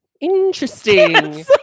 Interesting